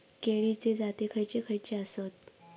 केळीचे जाती खयचे खयचे आसत?